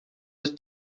with